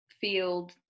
field